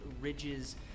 ridges